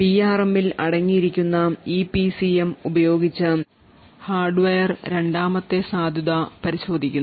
പിആർഎമ്മിൽ അടങ്ങിയിരിക്കുന്ന ഇപിസിഎം ഉപയോഗിച്ച് ഹാർഡ്വെയർ രണ്ടാമത്തെ സാധുത പരിശോധന നടത്തുന്നു